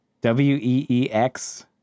W-E-E-X